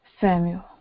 Samuel